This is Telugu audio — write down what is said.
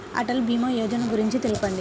అటల్ భీమా యోజన గురించి తెలుపండి?